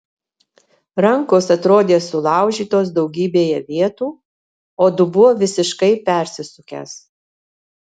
rankos atrodė sulaužytos daugybėje vietų o dubuo visiškai persisukęs